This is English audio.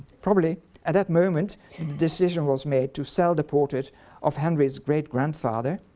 probably at that moment the decision was made to sell the portrait of henry's great-grandfather.